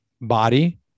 body